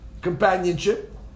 companionship